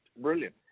brilliant